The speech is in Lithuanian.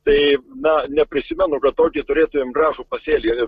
tai na neprisimenu kad tokį turėtumėm gražų pasėlį